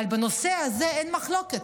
אבל בנושא הזה אין מחלוקת.